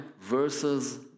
versus